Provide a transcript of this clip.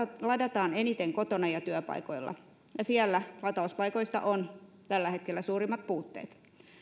ladataan eniten kotona ja työpaikoilla ja siellä latauspaikoista on tällä hetkellä suurimmat puutteet